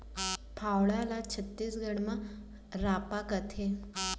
फावड़ा ल छत्तीसगढ़ी म रॉंपा कथें